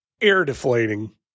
air-deflating